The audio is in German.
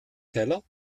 teller